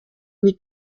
mit